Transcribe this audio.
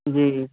जी